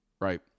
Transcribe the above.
right